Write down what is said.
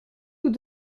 nous